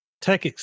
tech